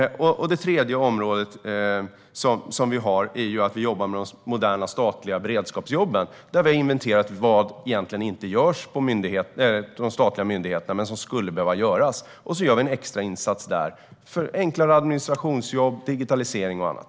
Det tredje området är de moderna statliga beredskapsjobben. Vi har inventerat vad som egentligen inte görs men som skulle behöva göras på de statliga myndigheterna. Där gör vi en extra insats för enklare administrationsjobb, digitalisering och annat.